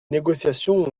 négociations